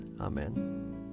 Amen